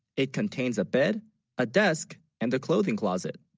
it contains a bed a desk and the clothing closet